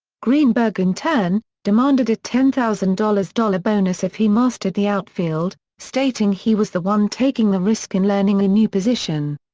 greenberg in turn, demanded a ten thousand dollars dollar bonus if he mastered the outfield, stating he was the one taking the risk in learning a new position.